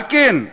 על כן,